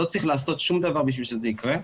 לא צריך לעשות שום דבר כדי שזה יקרה,